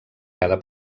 cada